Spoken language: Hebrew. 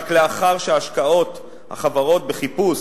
רק לאחר שהשקעות החברות בחיפוש,